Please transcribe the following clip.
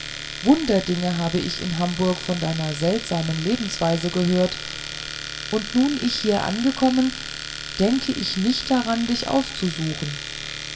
wunderdinge habe ich in hamburg von deiner seltsamen lebensweise gehört und nun ich hier angekommen denke ich nicht daran dich aufzusuchen